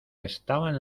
estaban